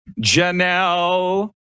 Janelle